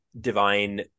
divine